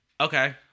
okay